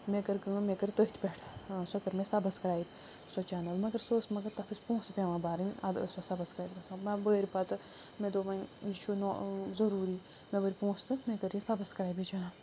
مےٚ کٔر کٲم مےٚ کٔر تٔتھۍ پٮ۪ٹھ سۄ کٔر مےٚ سَبسکرایب سۄ چَنل مگر سۄ ٲسۍ مگر تَتھ ٲسۍ پۄنٛسہٕ پیٚوان بَرٕنۍ اَدٕ ٲسۍ سۄ سَبسکرایب گَژھان مےٚ بٔرۍ پَتہٕ مےٚ دوٚپ وۄنۍ یہِ چھُنہٕ ضُروری مےٚ بٔر پۄنٛسہٕ مےٚ کٔر یہِ سَبسکرایب یہِ چَنل